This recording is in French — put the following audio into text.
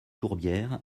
tourbières